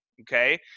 Okay